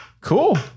Cool